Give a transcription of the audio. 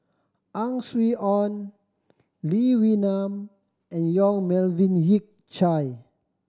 Ang Swee Aun Lee Wee Nam and Yong Melvin Yik Chye